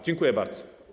Dziękuję bardzo.